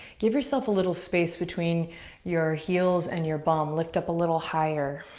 give yourself a little space between your heels and your bum. lift up a little higher.